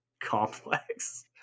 complex